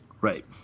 Right